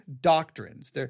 doctrines